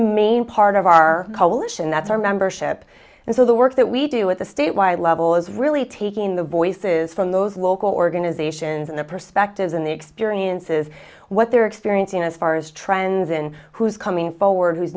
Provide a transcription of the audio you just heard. main part of our coalition that's our membership and so the work that we do at the statewide level is really taking the voices from those local organizations and the perspectives and the experiences what they're experiencing as far as trends in who's coming forward who's